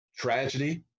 Tragedy